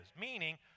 meaning